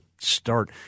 Start